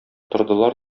тордылар